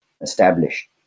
established